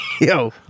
Yo